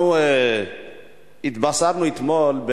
אנחנו התבשרנו אתמול,